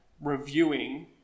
reviewing